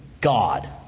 God